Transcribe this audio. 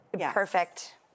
Perfect